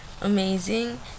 amazing